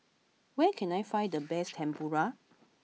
where can I find the best Tempura